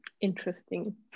interesting